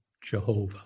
Jehovah